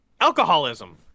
alcoholism